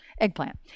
Eggplant